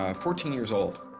ah fourteen years old.